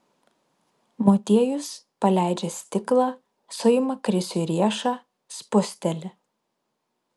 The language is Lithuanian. motiejus paleidžia stiklą suima krisiui riešą spusteli